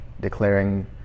declaring